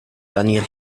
daniel